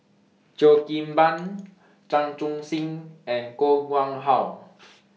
Cheo Kim Ban Chan Chun Sing and Koh Nguang How